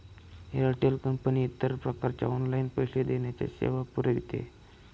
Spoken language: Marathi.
एअरटेल कंपनी इतर प्रकारच्या ऑनलाइन पैसे देण्याच्या सेवा पुरविते